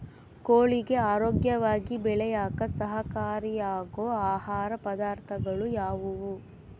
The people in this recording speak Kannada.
ಕೋಳಿಗೆ ಆರೋಗ್ಯವಾಗಿ ಬೆಳೆಯಾಕ ಸಹಕಾರಿಯಾಗೋ ಆಹಾರ ಪದಾರ್ಥಗಳು ಯಾವುವು?